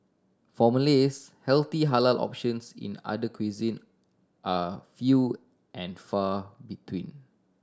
for Malays healthy halal options in other cuisine are few and far between